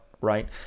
Right